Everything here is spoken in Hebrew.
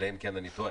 אלא אם כן אני טועה.